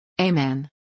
Amen